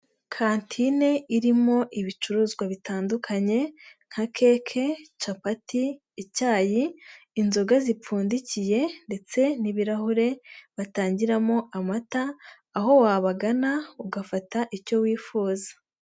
Katine irimo ibicuruzwa bitandukanye nka keke, capati, icyayi, inzoga zipfundikiye ndetse n'ibirahure batangiramo amata, aho wabagana ugafata icyo wifuza.